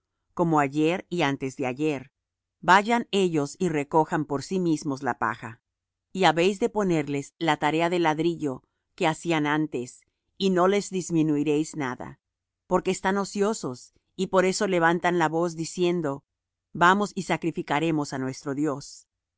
como ayer y antes de ayer vayan ellos y recojan por sí mismos la paja y habéis de ponerles la tarea del ladrillo que hacían antes y no les disminuiréis nada porque están ociosos y por eso levantan la voz diciendo vamos y sacrificaremos á nuestro dios